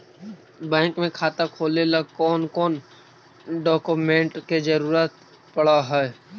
Bank में खाता खोले ल कौन कौन डाउकमेंट के जरूरत पड़ है?